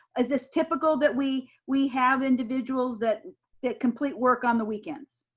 is this typical that we we have individuals that that complete work on the weekends?